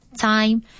time